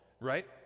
right